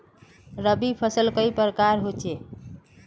रवि फसल कई प्रकार होचे?